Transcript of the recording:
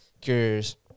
curious